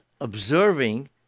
observing